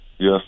Yes